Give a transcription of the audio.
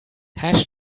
hash